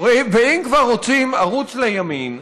ואם כבר רוצים ערוץ לימין,